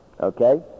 Okay